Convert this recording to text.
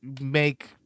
make